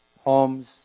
homes